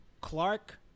Clark